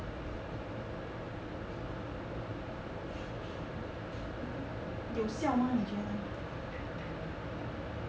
有有效吗你觉得